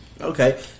Okay